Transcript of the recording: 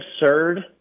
absurd